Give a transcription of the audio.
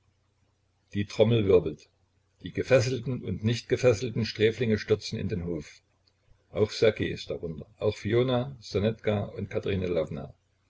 die trommel wirbelt die gefesselten und nicht gefesselten sträflinge stürzen in den hof auch ssergej ist darunter auch fiona ssonetka und katerina